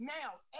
Now